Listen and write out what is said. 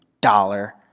dollar